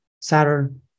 Saturn